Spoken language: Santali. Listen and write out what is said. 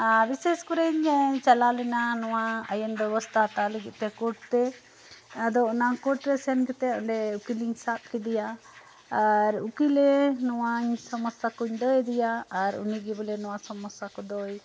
ᱟᱨ ᱵᱤᱥᱮᱥ ᱠᱚᱨᱮᱧ ᱪᱟᱞᱟᱣ ᱞᱮᱱᱟ ᱱᱚᱣᱟ ᱟᱭᱮᱱ ᱵᱮᱵᱚᱥᱛᱟ ᱦᱟᱛᱟᱣ ᱞᱟᱹᱜᱤᱫ ᱛᱮ ᱠᱳᱴ ᱛᱮ ᱟᱫᱚ ᱚᱱᱟ ᱠᱳᱴ ᱨᱮ ᱥᱮᱱ ᱠᱟᱛᱮ ᱚᱰᱮ ᱩᱠᱤᱞᱤᱧ ᱥᱟᱵ ᱠᱮᱫᱮᱭᱟ ᱟᱨ ᱩᱠᱤᱞᱮᱧ ᱱᱚᱣᱟᱧ ᱥᱚᱢᱚᱥᱥᱟ ᱠᱚᱧ ᱞᱟᱹᱭᱟᱫᱮᱭᱟ ᱟᱨ ᱩᱱᱤ ᱜᱮ ᱵᱚᱞᱮ ᱱᱚᱣᱟ ᱥᱳᱢᱚᱥᱟ ᱠᱚᱫᱚᱭ